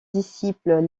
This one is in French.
disciples